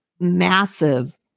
massive